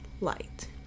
light